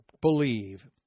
believe